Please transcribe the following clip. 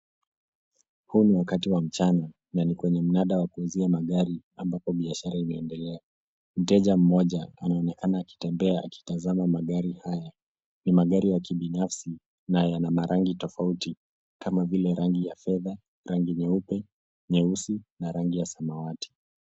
Huu ni wakati wa mchana, na ni kwenye mnada wa kuuzia magari ambapo biashara inaendelea. Mteja mmoja anaonekana akitembea akitazama magari haya. Ni magari ya kibinafsi na yana marangi tofauti kama vile rangi ya fedha, rangi nyeupe, nyeusi na rangi ya samawati.